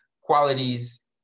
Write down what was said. qualities